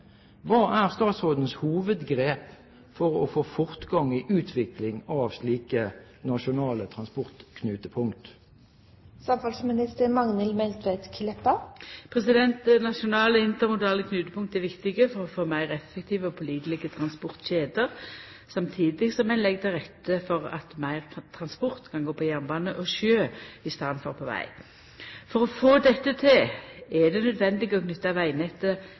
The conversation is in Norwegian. er statsrådens hovedgrep for å få fortgang i utviklingen av slike nasjonale transportknutepunkt?» Nasjonale intermodale knutepunkt er viktige for å få meir effektive og pålitelege transportkjeder, samstundes som ein legg til rette for at meir transport kan gå på jernbane og sjø i staden for på veg. For å få dette til er det naudsynt å knyta vegnettet